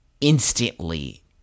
instantly